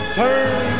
turn